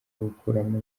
gukuramo